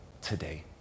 today